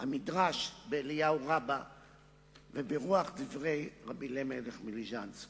מדרש אליהו רבה וברוח דברי רבי אלימלך מליז'נסק.